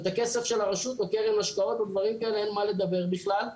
ואת הכסף של הרשות או קרן השקעות או דברים כאלה אין מה לדבר בכלל.